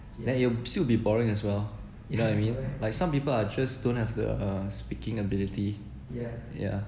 then it'll still be boring as well you know what I mean like some people are just don't have the speaking ability yeah